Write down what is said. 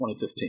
2015